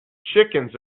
chickens